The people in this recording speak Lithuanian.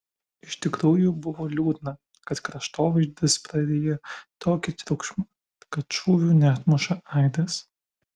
iš tikrųjų buvo liūdna kad kraštovaizdis praryja tokį triukšmą kad šūvių neatmuša aidas